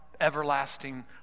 everlasting